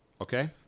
Okay